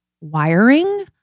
wiring